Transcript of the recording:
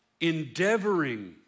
Endeavoring